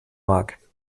mag